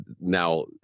Now